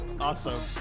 Awesome